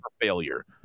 failure